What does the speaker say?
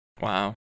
Wow